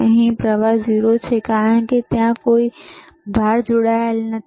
અહીં પ્રવાહ 0 છે કારણ કે ત્યાં કોઈ ભાર જોડાયેલ નથી